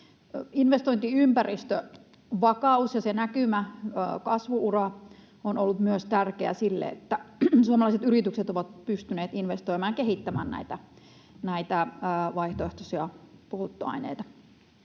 Investointiympäristön vakaus ja se näkymä, kasvu-ura on ollut myös tärkeää sille, että suomalaiset yritykset ovat pystyneet investoimaan ja kehittämään näitä vaihtoehtoisia polttoaineita.